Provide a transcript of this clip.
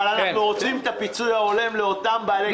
אבל רוצים פיצוי הולם לאותם בעלי רכוש.